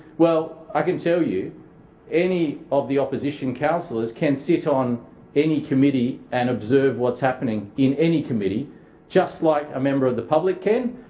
well i can tell you any of the opposition councillors can sit on any committee and observe what's happening in any committee just like a member of the public can,